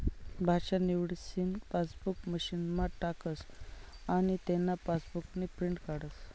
भाषा निवडीसन पासबुक मशीनमा टाकस आनी तेना पासबुकनी प्रिंट काढस